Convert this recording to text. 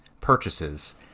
purchases